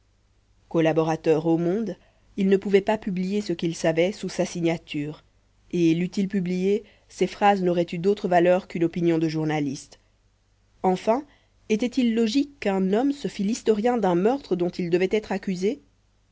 collaborateur au monde il ne pouvait pas publier ce qu'il savait sous sa signature et l'eût-il publié ses phrases n'auraient eu d'autre valeur qu'une opinion de journaliste enfin était-il logique qu'un homme se fit l'historien d'un meurtre dont il devait être accusé